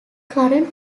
current